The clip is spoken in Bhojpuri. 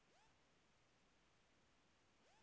दूसर चेकबुक जारी करे खातिर कुछ भुगतान करे क भी जरुरत पड़ेला